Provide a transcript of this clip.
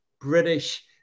British